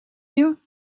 you